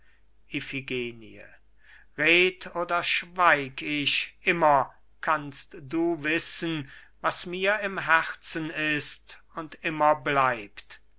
red oder schweig ich immer kannst du wissen was mir im herzen ist und immer bleibt